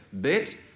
bit